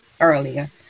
earlier